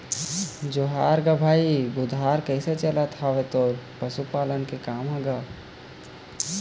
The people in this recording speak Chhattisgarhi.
जोहार गा भाई बुधार कइसे चलत हवय तोर पशुपालन के काम ह गा?